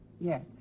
Yes